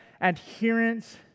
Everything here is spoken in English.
adherence